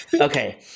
Okay